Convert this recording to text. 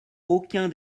aucun